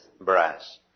brass